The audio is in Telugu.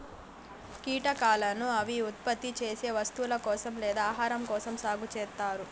కీటకాలను అవి ఉత్పత్తి చేసే వస్తువుల కోసం లేదా ఆహారం కోసం సాగు చేత్తారు